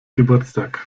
geburtstag